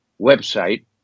website